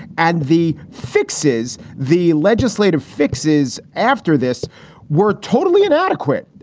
and the fixes, the legislative fixes after this were totally inadequate.